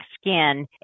skin